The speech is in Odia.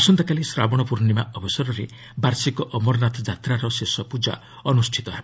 ଆସନ୍ତାକାଲି ଶ୍ରାବଶ ପୂର୍ଣ୍ଣିମା ଅବସରରେ ବାର୍ଷିକ ଅମରନାଥ ଯାତ୍ରାର ଶେଷ ପୂଜା ଅନୁଷ୍ଠିତ ହେବ